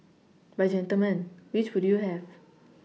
but gentlemen which would you have